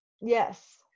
yes